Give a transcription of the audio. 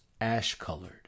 ash-colored